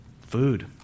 Food